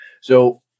So-